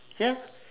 ya